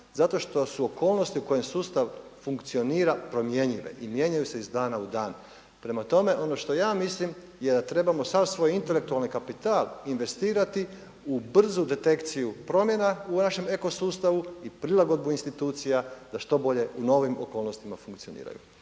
zato što su okolnosti u kojima sustav funkcionira promjenjive i mijenjaju se iz dana u dan. Prema tome, ono što ja mislim je da trebamo sav svoj intelektualni kapital investirati u brzu detekciju promjena u vašem eko sustavu i prilagodbu institucija da što bolje u novim okolnostima funkcioniraju.